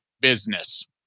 business